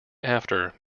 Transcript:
after